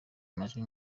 amajwi